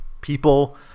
people